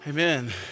Amen